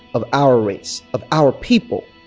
of our race, of our people.